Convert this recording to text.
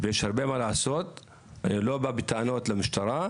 אני לא בא בטענות אל המשטרה,